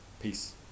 Peace